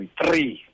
three